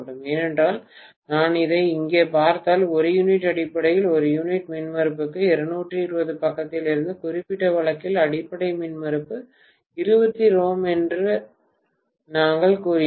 ஏனென்றால் நான் அதை இங்கே பார்த்தால் ஒரு யூனிட் அடிப்படையில் ஒரு யூனிட் மின்மறுப்புக்கு 220 V பக்கத்தில் இந்த குறிப்பிட்ட வழக்கில் அடிப்படை மின்மறுப்பு 22 ῼ என்று நாங்கள் கூறினோம்